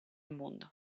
mondo